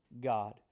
God